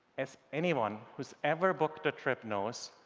as anyone who's ever booked a trip knows,